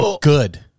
Good